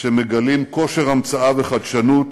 שמגלים כושר המצאה וחדשנות,